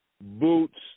Boots